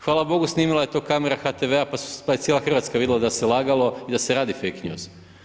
Hvala Bogu, snimila je to kamera HTV-a pa je cijela Hrvatska vidla da se lagalo i da se radi fake news.